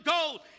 gold